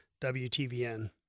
WTVN